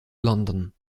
london